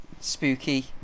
spooky